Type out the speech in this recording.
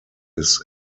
his